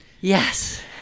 Yes